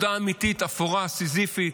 אבל עבודה אמיתית, אפורה, סיזיפית,